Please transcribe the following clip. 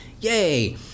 Yay